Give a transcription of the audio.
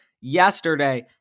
yesterday